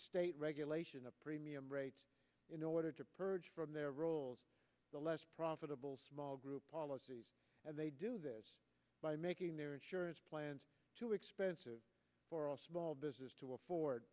state regulation of premium rates in order to purge from their roles the less profitable small group policies and they do this by making their insurance plans too expensive for all small business to afford